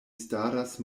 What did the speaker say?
staras